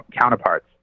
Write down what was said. counterparts